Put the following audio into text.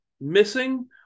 missing